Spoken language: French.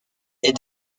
est